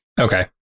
Okay